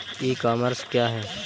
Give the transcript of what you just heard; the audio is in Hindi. ई कॉमर्स क्या है?